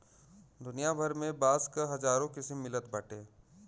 दुनिया भर में बांस क हजारो किसिम मिलत बाटे